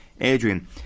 Adrian